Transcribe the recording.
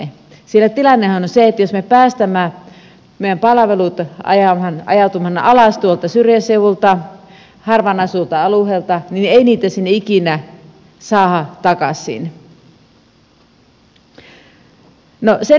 sillä tilannehan on se että jos me päästämme meidän palvelut ajautumaan alas tuolta syrjäseudulta harvaan asutuilta alueilta niin ei niitä sinne ikinä saada takaisin